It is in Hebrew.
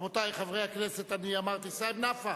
רבותי חברי הכנסת, סעיד נפאע,